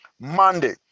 monday